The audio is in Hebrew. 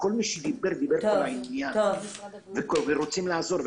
וכל מי שדיבר דיבר כאן לעניין, ורוצים לעזור.